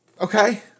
Okay